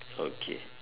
okay